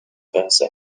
versa